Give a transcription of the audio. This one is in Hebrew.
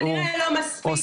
כנראה לא מספיק.